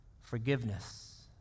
forgiveness